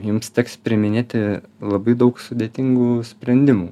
jums teks priiminėti labai daug sudėtingų sprendimų